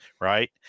right